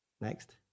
Next